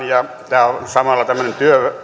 ja tämä on samalla tämmöinen